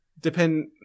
Depend